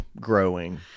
growing